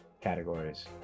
categories